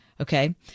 Okay